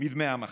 מדמי המחלה.